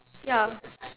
ya